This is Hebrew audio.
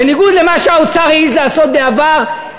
בניגוד למה שהאוצר העז לעשות בעבר,